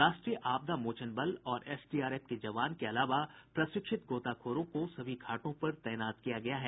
राष्ट्रीय आपदा मोचन बल और एसडीआरएफ के जवान के अलावा प्रशिक्षित गोताखोरों को सभी घाटों पर तैनात किया गया है